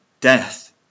death